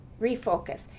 refocus